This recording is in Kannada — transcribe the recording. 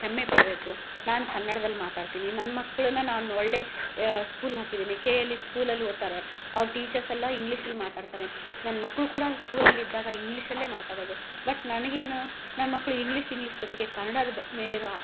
ಹೆಮ್ಮೆ ಪಡಬೇಕು ನಾನು ಕನ್ನಡ್ದಲ್ಲಿ ಮಾತಾಡ್ತೀನಿ ನನ್ನ ಮಕ್ಕಳನ್ನ ನಾನು ಒಳ್ಳೆಯ ಸ್ಕೂಲ್ಗೆ ಹಾಕಿದ್ದೀನಿ ಕೆ ಎಲ್ ಇ ಸ್ಕೂಲಲ್ಲಿ ಓದ್ತಾರೆ ಅವ್ರ ಟೀಚರ್ಸ್ ಎಲ್ಲ ಇಂಗ್ಲಿಷಲ್ಲಿ ಮಾತಾಡ್ತಾರೆ ನನ್ನ ಮಕ್ಕಳು ಕೂಡ ಸ್ಕೂಲಲ್ಲಿದ್ದಾಗ ಇಂಗ್ಲೀಷಲ್ಲೇ ಮಾತಾಡೋದು ಬಟ್ ನನಗೇನು ನನ್ನ ಮಕ್ಕಳು ಇಂಗ್ಲೀಷ್ ಇಂಗ್ಲೀಷ್ ಜೊತಿಗೆ ಕನ್ನಡದ ಮೇಲಿರೋ